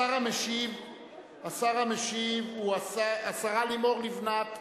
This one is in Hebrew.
השר המשיב הוא השרה לימור לבנת,